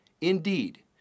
Indeed